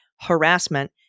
harassment